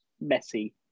messy